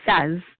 says